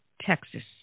Texas